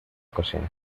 cocina